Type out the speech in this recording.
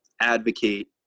advocate